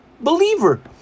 believer